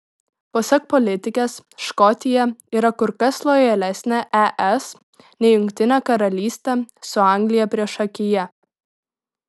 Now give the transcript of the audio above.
pasak politikės škotija yra kur kas lojalesnė es nei jungtinė karalystė su anglija priešakyje